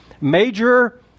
Major